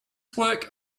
work